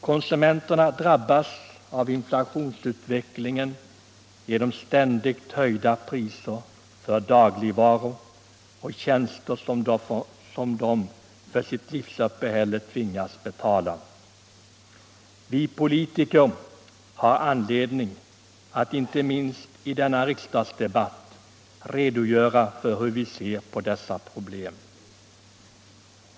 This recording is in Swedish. Konsumenterna drabbas av inflationsutvecklingen genom de ständigt höjda priser på dagligvaror och tjänster som de för sitt livsuppehälle tvingas att betala. Vi politiker har anledning att inte minst i denna riksdagsdebatt redogöra för hur vi ser på dessa problem.